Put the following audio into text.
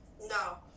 no